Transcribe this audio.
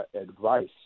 advice